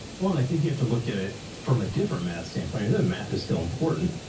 well, and i think you have to look at it from a different math standpoint. the math is still important,